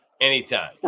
anytime